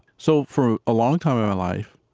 so for a long time in my life,